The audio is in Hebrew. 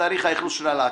ותאריך האכלוס של הלהקה,